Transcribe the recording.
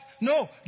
No